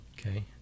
Okay